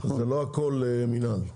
זה לא הכול מינהל.